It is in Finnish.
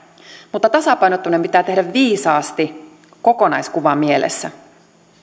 mutta tasapainottaminen pitää tehdä viisaasti kokonaiskuva mielessä